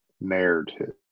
narrative